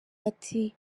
ati